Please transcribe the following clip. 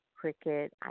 Cricket